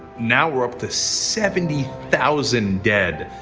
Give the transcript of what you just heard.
now we're up to seventy thousand dead.